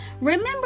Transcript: Remember